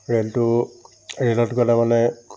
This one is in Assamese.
ৰে'লটো ৰে'লত গ'লে মানে